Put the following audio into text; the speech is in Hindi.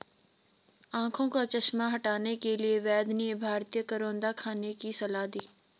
आंखों का चश्मा हटाने के लिए वैद्य ने भारतीय करौंदा खाने की सलाह दी